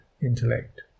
intellect